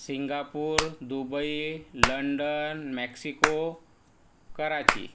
Singapore Dubai London Mexico Karachi